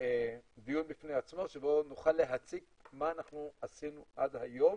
דיון בפני עצמו שבו נוכל להציג מה עשינו עד היום,